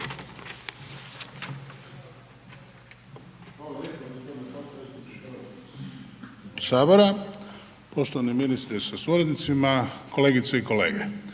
sabora, uvaženi ministre sa suradnicima, kolegice i kolege.